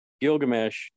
Gilgamesh